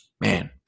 man